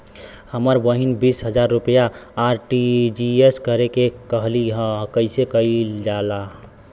हमर बहिन बीस हजार रुपया आर.टी.जी.एस करे के कहली ह कईसे कईल जाला?